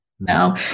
No